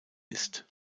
ist